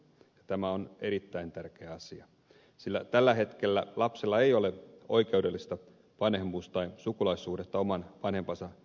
tämä on erittäin tärkeä asia sillä tällä hetkellä lapsella ei ole oikeudellista vanhemmuus tai sukulaissuhdetta oman vanhempansa parisuhdekumppaniin